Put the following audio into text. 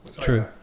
True